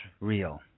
real